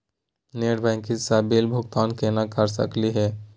Net banking स bill भुगतान केना कर सकली हे?